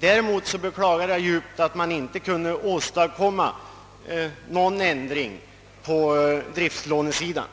Däremot beklagar jag djupt att utskottet inte kunde åstadkomma någon ändring på driftslånesidan.